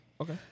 Okay